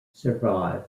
survived